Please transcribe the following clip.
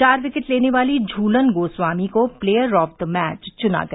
चार विकेट लेने वाली झूलन गोस्वामी को प्लेयर ऑफ द मैच च्ना गया